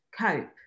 cope